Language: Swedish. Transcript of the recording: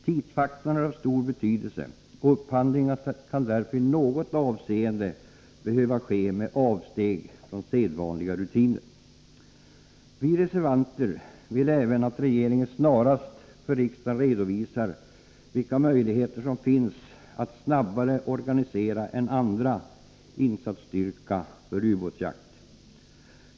Tidsfaktorn är av stor betydelse, och upphandlingen kan därför i något avseende behöva ske med avsteg från sedvanliga rutiner. Vi reservanter vill även att regeringen snarast för riksdagen redovisar vilka 153 möjligheter som finns att snabbare organisera en andra insatsstyrka för ubåtsjakt.